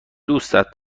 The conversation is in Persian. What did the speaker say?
دوستت